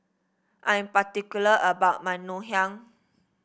I am particular about my Ngoh Hiang